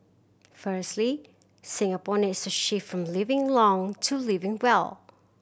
firstly Singapore needs to shift from living long to living well